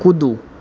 कूदू